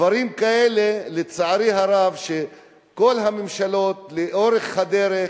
דברים כאלה, לצערי הרב, כל הממשלות לאורך הדרך,